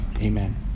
Amen